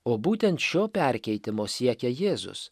o būtent šio perkeitimo siekia jėzus